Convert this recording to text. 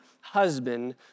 husband